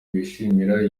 bishimira